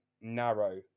narrow